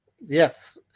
Yes